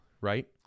right